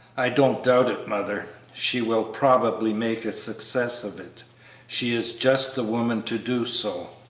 i don't doubt it, mother she will probably make a success of it she is just the woman to do so.